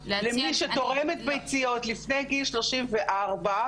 המדינה משלמת על תרומת ביציות 20 אלף שקל לכל אישה שתורמת